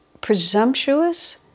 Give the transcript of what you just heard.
presumptuous